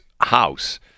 house